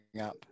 up